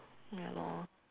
ya lor